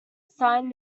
signed